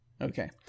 Okay